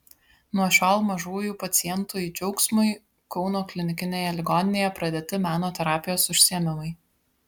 nuo šiol mažųjų pacientui džiaugsmui kauno klinikinėje ligoninėje pradėti meno terapijos užsiėmimai